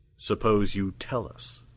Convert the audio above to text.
suppose you tell us.